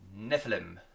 Nephilim